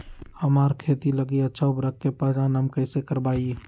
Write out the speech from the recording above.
हमार खेत लागी अच्छा उर्वरक के पहचान हम कैसे करवाई?